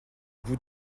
bout